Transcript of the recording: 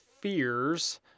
fears